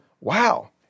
wow